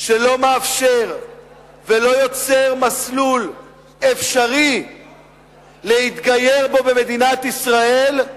שלא מאפשר ולא יוצר מסלול אפשרי להתגייר בו במדינת ישראל,